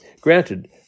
Granted